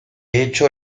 hecho